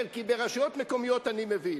ברשויות מקומיות אני מבין,